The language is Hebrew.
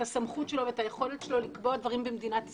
את הסמכות שלו ואת היכולת שלו לקבוע דברים במדינת ישראל.